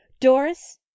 Doris